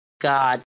God